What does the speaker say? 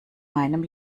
meinem